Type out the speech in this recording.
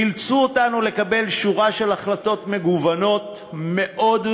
אילצו אותנו לקבל שורה של החלטות מגוונות מאוד,